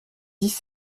dix